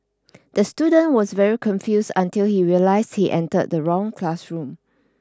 the student was very confused until he realised he entered the wrong classroom